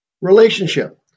Relationship